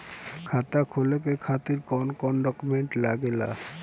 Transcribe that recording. खाता खोले के खातिर कौन कौन डॉक्यूमेंट लागेला?